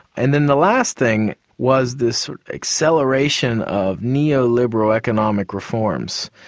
and then the last thing was this acceleration of neo-liberal economic reforms.